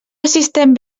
assistent